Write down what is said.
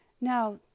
Now